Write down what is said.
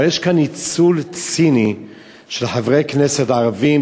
אבל יש כאן ניצול ציני של חברי הכנסת הערבים,